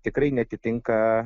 tikrai neatitinka